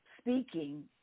speaking